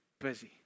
busy